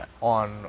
on